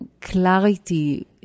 clarity